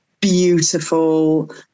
beautiful